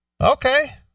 Okay